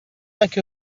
make